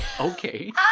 okay